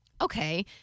okay